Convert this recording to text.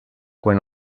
quan